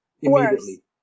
immediately